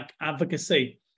advocacy